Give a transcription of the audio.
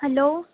hello